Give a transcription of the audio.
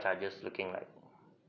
charges looking like